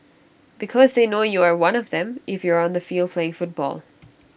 because they know you are one of them if you are on the field playing football